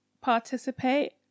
participate